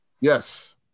Yes